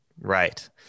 Right